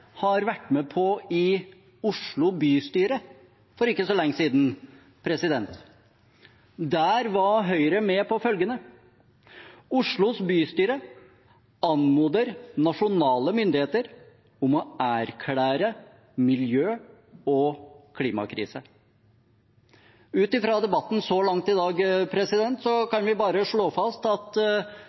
har vært med på i Oslo bystyre for ikke så lenge siden; der var Høyre med på følgende: «Oslo bystyre anmoder nasjonale myndigheter om å erklære miljø- og klimakrise.» Ut fra debatten så langt i dag kan vi bare slå fast at